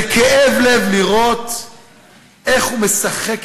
זה כאב לב לראות איך הוא משחק אתכם,